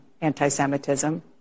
anti-Semitism